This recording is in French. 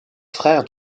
frère